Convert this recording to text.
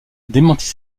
démentit